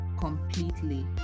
completely